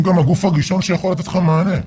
והם גם הגוף הראשון שיכול לתת לך מענה,